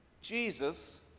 Jesus